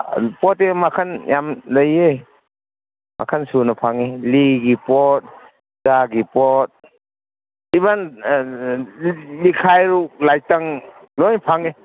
ꯄꯣꯠꯇꯤ ꯃꯈꯜ ꯌꯥꯝ ꯂꯩꯌꯦ ꯃꯈꯜ ꯁꯨꯅ ꯐꯪꯏ ꯂꯤꯒꯤ ꯄꯣꯠ ꯆꯥꯒꯤ ꯄꯣꯠ ꯏꯕꯟ ꯂꯤꯈꯥꯏꯔꯨꯛ ꯂꯥꯏꯇꯪ ꯂꯣꯏ ꯐꯪꯏ